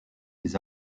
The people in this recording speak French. des